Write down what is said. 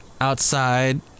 outside